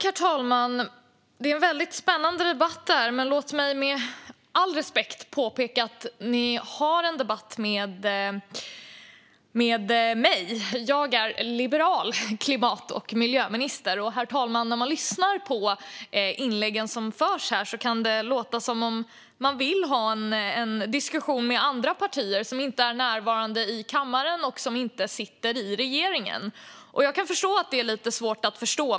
Herr talman! Detta är en väldigt spännande debatt. Men låt mig med all respekt påpeka att ni har en debatt med mig. Jag är liberal klimat och miljöminister. Och, herr talman, när man lyssnar på inläggen här kan det låta som att man vill ha en diskussion med andra partier som inte är närvarande i kammaren och som inte sitter i regeringen. Jag kan förstå att det är lite svårt att förstå.